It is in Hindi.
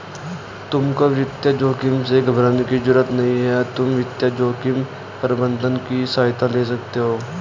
तुमको वित्तीय जोखिम से घबराने की जरूरत नहीं है, तुम वित्तीय जोखिम प्रबंधन की सहायता ले सकते हो